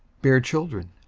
bear children,